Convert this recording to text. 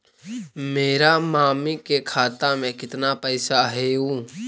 मेरा मामी के खाता में कितना पैसा हेउ?